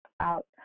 out